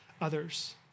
others